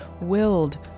willed